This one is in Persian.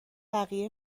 بقیه